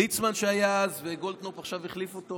ליצמן שהיה אז וגולדקנופ שעכשיו החליף אותו.